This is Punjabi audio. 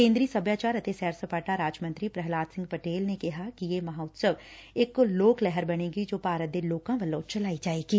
ਕੇਂਦਰੀ ਸਭਿਆਚਾਰ ਅਤੇ ਸੈਰ ਸਪਾਟਾ ਰਾਜ ਮੰਤਰੀ ਪ੍ਰਹਲਾਦ ਸਿੰਘ ਪਟੇਲ ਨੇ ਕਿਹਾ ਕਿ ਇਹ ਮਹਾਂ ਉਤਸਵ ਇਕ ਲੋਕ ਲਹਿਰ ਹੋਵੇਗੀ ਜੋ ਭਾਰਤ ਦੇ ਲੋਕਾਂ ਵੱਲੋਂ ਚਲਾਈ ਜਾਵੇਗੀ